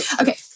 Okay